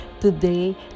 Today